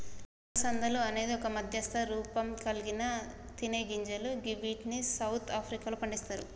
అలసందలు అనేది ఒక మధ్యస్థ రూపంకల్గిన తినేగింజలు గివ్విటిని సౌత్ ఆఫ్రికాలో పండిస్తరు